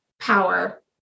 Power